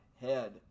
head